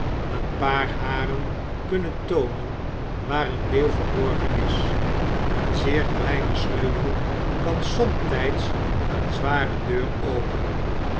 een paar haren kunnen toonen waar een leeuw verborgen is een zeer kleine sleutel kan somtyds een zware deur openen